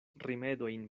rimedojn